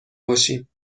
باشیم